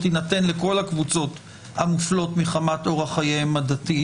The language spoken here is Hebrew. תינתן לכל הקבוצות המופלות מחמת אורח חייהן הדתי.